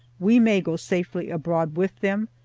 we may go safely abroad with them,